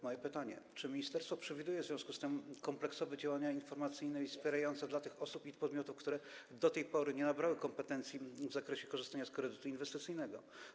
Moje pytanie: Czy ministerstwo przewiduje w związku z tym kompleksowe działania informacyjne i wspierające dla tych osób i podmiotów, które do tej pory nie nabyły kompetencji w zakresie korzystania z kredytu inwestycyjnego?